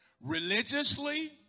Religiously